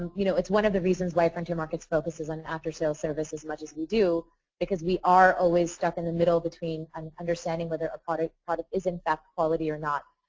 you know it's one of the reasons why frontier markets felt this is an after sales service as much as we do because we are always stuck in the middle between an understanding whether a product product is in fact quality or not.